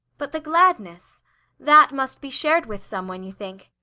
but the gladness that must be shared with someone, you think?